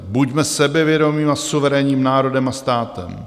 Buďme sebevědomým a suverénním národem a státem.